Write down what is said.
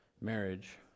marriage